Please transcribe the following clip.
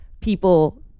people